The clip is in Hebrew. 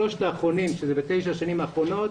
שלושת האחרונים שזה בתשע השנים האחרונות